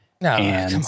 No